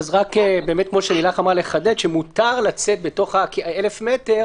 אז רק באמת כמו שלילך אמרה לחדד שמותר לצאת בתוך ה-1000 מטר